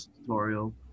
Tutorial